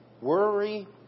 worry